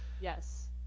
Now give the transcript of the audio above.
yes